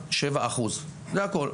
7.7%, זה הכול.